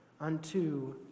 unto